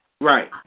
Right